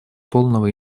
полного